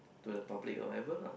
to the public or whatever lah